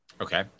Okay